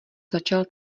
začal